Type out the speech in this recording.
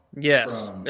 Yes